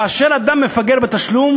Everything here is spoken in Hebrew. כאשר אדם מפגר בתשלום,